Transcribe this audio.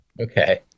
Okay